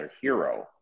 Hero